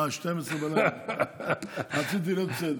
אה, 00:00. רציתי להיות בסדר.